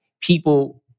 people